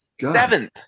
seventh